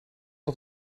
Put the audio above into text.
dat